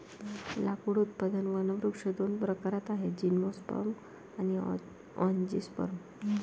लाकूड उत्पादक वनवृक्ष दोन प्रकारात आहेतः जिम्नोस्पर्म आणि अँजिओस्पर्म